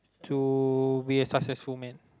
to be a successful man